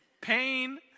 pain